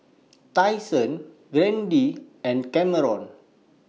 Tyson Grady and Camron